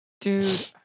Dude